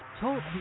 Talk